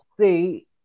see